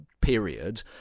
period